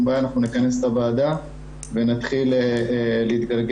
בעיה נכנס את הוועדה ונתחיל להתגלגל.